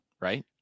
right